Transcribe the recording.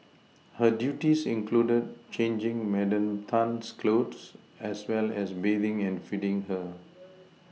her duties included changing Madam Tan's clothes as well as bathing and feeding her